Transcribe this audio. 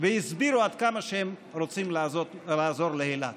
והסבירו עד כמה הם רוצים לעזור לאילת.